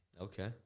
Okay